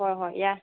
ꯍꯣꯏꯍꯣꯏ ꯌꯥꯏ